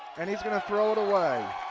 and he is going to throw it away.